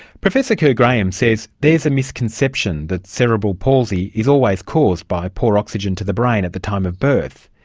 professor kerr graham says there's a misconception that cerebral palsy is always caused by poor oxygen to the brain at the time of birth.